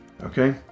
Okay